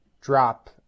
drop